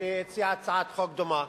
שהציעה הצעת חוק דומה.